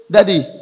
Daddy